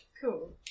Cool